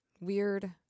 weird